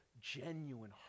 genuine